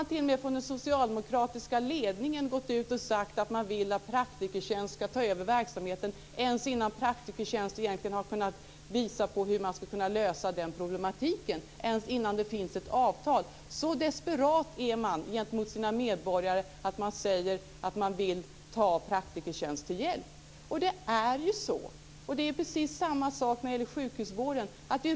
T.o.m. från den socialdemokratiska ledningen har man där gått ut och sagt att man vill att Praktikertjänst ska ta över verksamheten; detta ens innan Praktikertjänst egentligen har kunnat visa på hur man ska kunna lösa problematiken och ens innan det finns ett avtal. Så desperat är man alltså gentemot sina medborgare att man säger att man vill ta Praktikertjänst till hjälp. Det är på precis samma sätt när det gäller sjukhusvården.